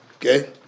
Okay